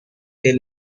they